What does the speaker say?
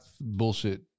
bullshit